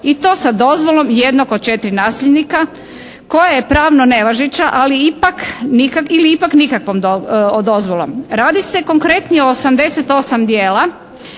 i to sa dozvolom jednog od četiri nasljednika koja je pravno nevažeća ili ipak nikakvom dozvolom. Radi se konkretno o 88 djela